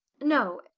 no,